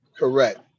Correct